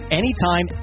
anytime